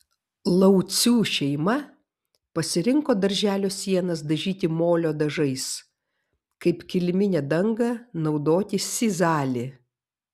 laucių šeima pasirinko darželio sienas dažyti molio dažais kaip kiliminę dangą naudoti sizalį